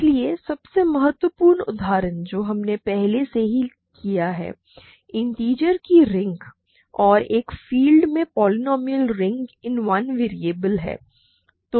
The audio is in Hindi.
इसलिए सबसे महत्वपूर्ण उदाहरण जो हमने पहले से ही किया है इन्टिजर की रिंग और एक फील्ड में polynomial ring in one variable हैं